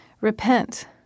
Repent